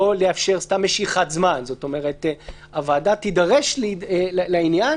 לא לאפשר סתם משיכת זמן והוועדה תידרש לעניין.